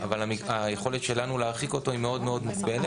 אבל היכולת שלנו להרחיק אותו היא מאוד מאוד מוגבלת,